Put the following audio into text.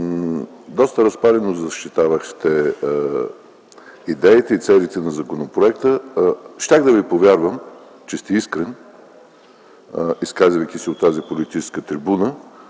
Доста разпалено защитавахте идеите и целите на законопроекта. Аз щях да Ви повярвам, че сте искрен, изказвайки се от тази политическа трибуна,